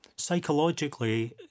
psychologically